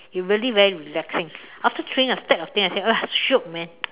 you really very relaxing after throwing a stack of things I say !wah! shiok man